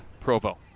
Provo